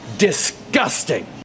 Disgusting